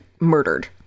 murdered